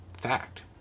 Fact